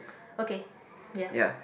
okay ya